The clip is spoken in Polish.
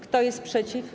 Kto jest przeciw?